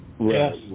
Yes